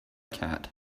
cat